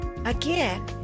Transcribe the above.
Again